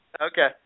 Okay